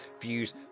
views